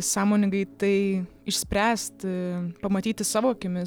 sąmoningai tai išspręsti pamatyti savo akimis